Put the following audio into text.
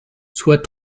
soit